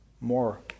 more